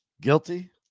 guilty